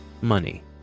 Money